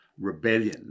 rebellion